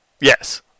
Yes